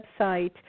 website